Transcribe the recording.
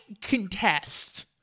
contest